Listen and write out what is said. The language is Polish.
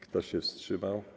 Kto się wstrzymał?